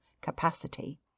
capacity